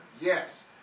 Yes